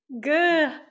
Good